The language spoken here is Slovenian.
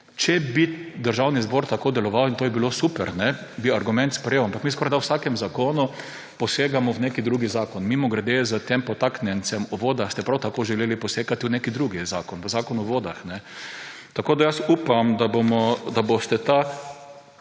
Če bi Državni zbor tako deloval, in to bi bilo super, bi argument sprejel, ampak mi skorajda v vsakem zakonu posegamo v nek drug zakon. Mimogrede, s tem podtaknjencem o vodah ste prav tako želeli posegati v nek drug zakon, v Zakon o vodah. Jaz upam, da boste ta